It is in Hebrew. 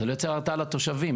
הרתעה לתושבים.